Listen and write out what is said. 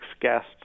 guests